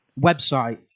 website